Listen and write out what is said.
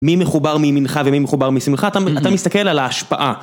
מי מחובר מימינך ומי מחובר משמאלך אתה מסתכל על ההשפעה